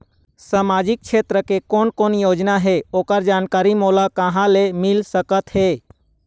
सामाजिक क्षेत्र के कोन कोन योजना हे ओकर जानकारी मोला कहा ले मिल सका थे?